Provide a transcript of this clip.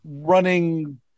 running